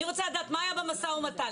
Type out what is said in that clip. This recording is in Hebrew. אני רוצה לדעת מה היה במשא ומתן.